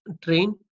train